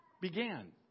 began